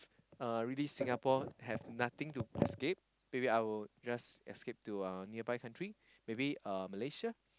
uh really Singapore have nothing to escape maybe I will just escape to a nearby country maybe uh Malaysia